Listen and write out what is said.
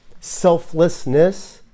selflessness